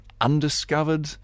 undiscovered